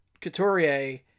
Couturier